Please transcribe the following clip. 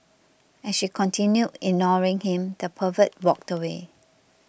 as she continued ignoring him the pervert walked away